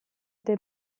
des